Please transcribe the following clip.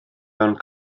mewn